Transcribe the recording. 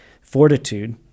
Fortitude